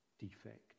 Defect